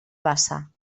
bassa